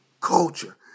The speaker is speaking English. Culture